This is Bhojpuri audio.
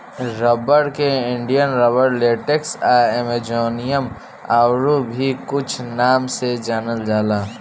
रबर के इंडियन रबर, लेटेक्स आ अमेजोनियन आउर भी कुछ नाम से जानल जाला